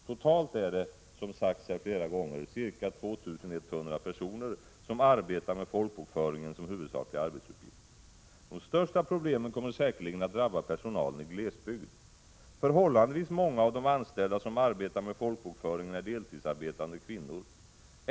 Totalt är det, som sagts här flera gånger, ca 2 100 personer som har folkbokföringen som huvudsaklig arbetsuppgift. De största problemen kommer säkerligen att drabba personalen i glesbygd. Förhållandevis många av de anställda som arbetar med folkbokföringen är deltidsarbetande kvinnor.